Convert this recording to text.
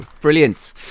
brilliant